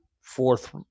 fourth